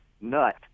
nut